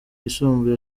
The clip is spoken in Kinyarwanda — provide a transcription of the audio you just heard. yisumbuye